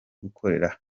gukorera